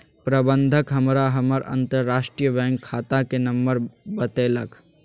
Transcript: प्रबंधक हमरा हमर अंतरराष्ट्रीय बैंक खाताक नंबर बतेलक